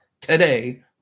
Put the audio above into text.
today